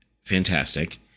fantastic